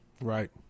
Right